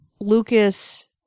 Lucas